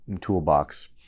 toolbox